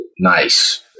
Nice